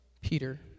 Peter